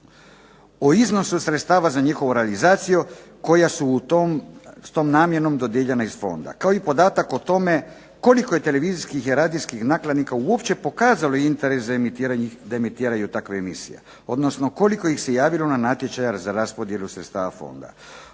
O iznosu sredstava za njihovu realizaciju koja su s tom namjenom dodijeljena iz fonda, kao i podatak o tome koliko je televizijskih i radijskih nakladnika uopće pokazalo interes za emitiranje takvih emisija, odnosno koliko ih se javilo na natječaj za raspodjelu sredstava fonda.